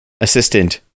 assistant